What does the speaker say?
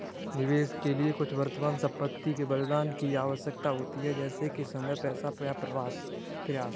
निवेश के लिए कुछ वर्तमान संपत्ति के बलिदान की आवश्यकता होती है जैसे कि समय पैसा या प्रयास